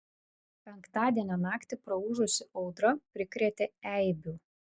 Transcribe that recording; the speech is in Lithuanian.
penktadienio naktį praūžusi audra prikrėtė eibių